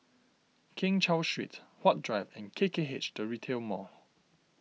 Keng Cheow Street Huat Drive and K K H the Retail Mall